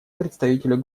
представителю